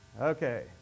okay